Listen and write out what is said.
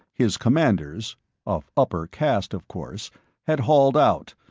his commanders of upper caste, of course had hauled out,